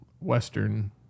western